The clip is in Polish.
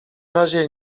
razie